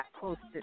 posted